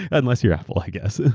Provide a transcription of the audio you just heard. unless you're apple i guess. ah